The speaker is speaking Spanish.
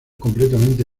completamente